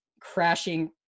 crashing